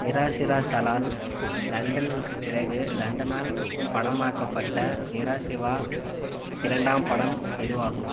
நிராசிரா சலால் லண்டனுக்கு பிறகு லண்டனால் படமாக்கப்பட்ட நிராசிவா இரண்டாம் படம் இதுவாகும்